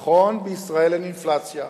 נכון, בישראל אין אינפלציה,